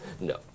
No